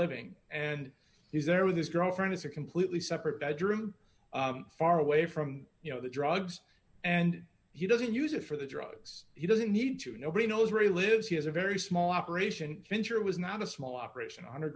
living and he's there with his girlfriend it's a completely separate bedroom far away from you know the drugs and he doesn't use it for the drugs he doesn't need to nobody knows really lives he has a very small operation center was not a small operation on